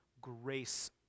grace